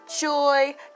joy